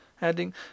adding